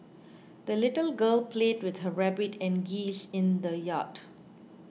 the little girl played with her rabbit and geese in the yard